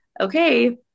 okay